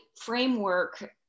framework